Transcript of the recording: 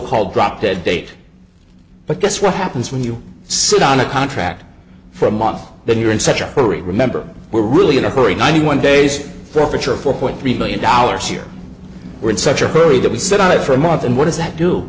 called drop dead date but guess what happens when you sit on a contract for a month then you're in such a hurry remember we're really in a hurry ninety one days profits are four point three million dollars here we're in such a hurry that we sit on it for a month and what does that do